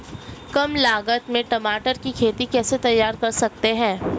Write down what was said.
कम लागत में टमाटर की खेती कैसे तैयार कर सकते हैं?